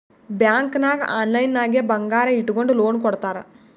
bank ನಾಗ್ online ನಾಗೆ ಬಂಗಾರ್ ಇಟ್ಗೊಂಡು ಲೋನ್ ಕೊಡ್ತಾರ್